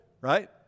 right